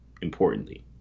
importantly